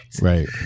Right